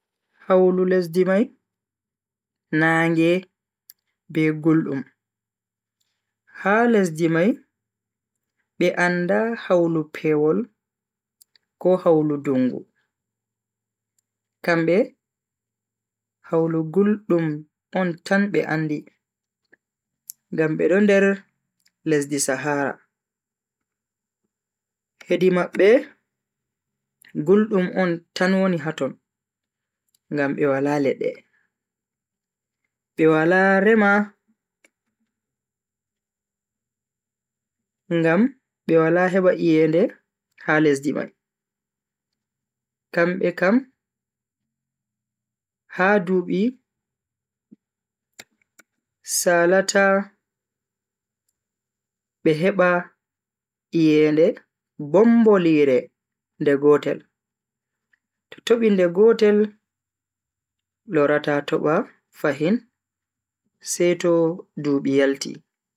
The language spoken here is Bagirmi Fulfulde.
Hawlu lesdi mai Naage be guldum. Ha lesdi mai beanda hawlu pewol ko hawlu dungu, kambe hawlu guldum on tan be andi ngam bedo nder lesdi sahara. hedi mabbe guldum on tan woni haton ngam be Wala ledde. be Wala rema ngam be Wala heba iyende ha lesdi mai. kambe kam ha dubi salata be heba iyende bombolire nde gotel. to tobi nde gotel lorata toba fahin seto dubi yalti.